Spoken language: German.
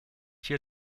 hier